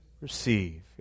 receive